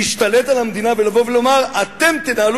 להשתלט על המדינה ולבוא ולומר: אתם תנהלו